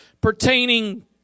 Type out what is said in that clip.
pertaining